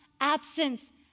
absence